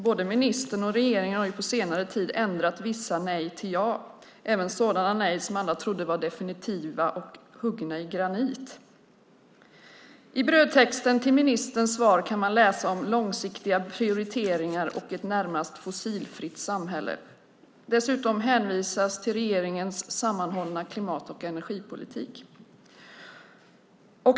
Både ministern och regeringen har ju på senare tid ändrat vissa nej till ja, även sådana nej som alla trodde var definitiva och huggna i granit. I brödtexten till ministerns svar kan man läsa om långsiktiga prioriteringar och ett närmast fossilfritt samhälle. Dessutom hänvisas till regeringens sammanhållna klimat och energipolitik.